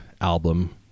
album